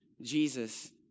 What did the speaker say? Jesus